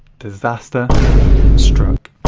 disaster struck.